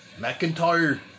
McIntyre